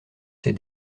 ces